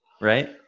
right